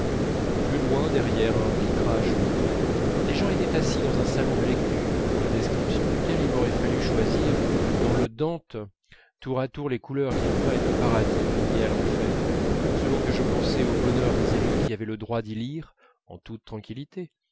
plus loin derrière un vitrage clos des gens étaient assis dans un salon de lecture pour la description duquel il m'aurait fallu choisir dans le dante tour à tour les couleurs qu'il prête au paradis et à l'enfer selon que je pensais au bonheur des élus qui avaient le droit d'y lire en toute tranquillité